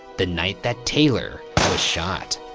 the night that taylor was shot.